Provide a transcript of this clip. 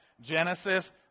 Genesis